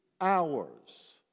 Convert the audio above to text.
Hours